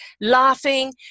laughing